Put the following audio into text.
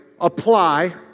apply